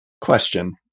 Question